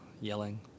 yelling